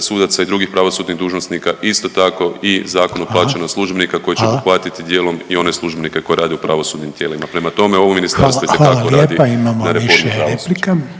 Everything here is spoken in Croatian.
sudaca i drugih pravosudnih dužnosnika. Isto tako i Zakon o plaćama službenika … …/Upadica Reiner: Hvala./… … koji će obuhvatiti dijelom i one službenike koji rade u pravosudnim tijelima. Prema tome, ovo ministarstvo itekako radi na reformi pravosuđa.